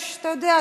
אתה יודע,